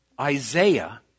Isaiah